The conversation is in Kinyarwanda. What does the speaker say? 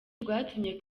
rwatumye